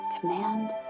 command